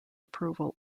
approval